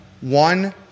one